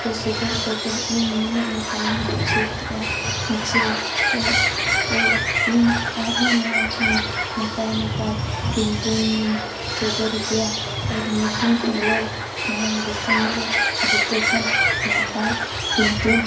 ᱠᱚ ᱥᱚᱫᱚᱨ ᱠᱟᱛᱮᱫ ᱤᱧ ᱱᱩᱱᱟᱹᱜ ᱱᱟᱯᱟᱭᱤᱧ ᱵᱩᱡᱷᱟᱹᱣ ᱠᱮᱫᱼᱟ ᱡᱮ ᱤᱧ ᱟᱨᱦᱚᱸ ᱱᱚᱣᱟ ᱠᱷᱚᱱ ᱱᱟᱯᱟᱭ ᱱᱟᱯᱟᱭ ᱯᱮᱱᱴᱤᱝ ᱤᱧ ᱥᱚᱫᱚᱨ ᱠᱮᱭᱟ ᱟᱨ ᱢᱤᱫ ᱫᱤᱱ ᱦᱤᱞᱳᱜ ᱱᱚᱣᱟ ᱫᱤᱥᱚᱢ ᱨᱮ ᱡᱚᱛᱚ ᱠᱷᱚᱱ ᱱᱟᱯᱟᱭ ᱯᱮᱱᱴᱤᱝ